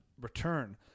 return